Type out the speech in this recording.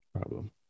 Problem